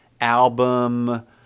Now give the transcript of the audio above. album